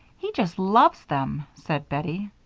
he just loves them, said bettie.